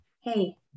Hey